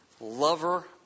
lover